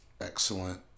excellent